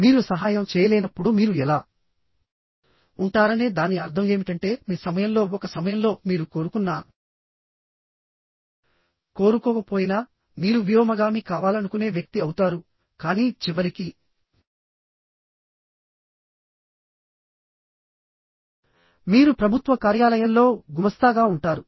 మీరు సహాయం చేయలేనప్పుడు మీరు ఎలా ఉంటారనే దాని అర్థం ఏమిటంటే మీ సమయంలో ఒక సమయంలో మీరు కోరుకున్నా కోరుకోకపోయినా మీరు వ్యోమగామి కావాలనుకునే వ్యక్తి అవుతారు కానీ చివరికి మీరు ప్రభుత్వ కార్యాలయంలో గుమస్తాగా ఉంటారు